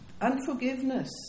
Unforgiveness